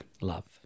Love